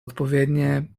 odpowiednie